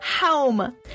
home